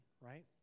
right